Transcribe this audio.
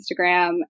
Instagram